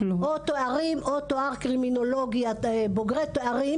או תארים או תואר קרימינולוגיה בוגרי תארים